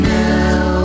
now